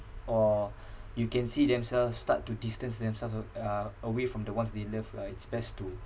or you can see themselves start to distance themselves with uh away from the ones they love right it's best to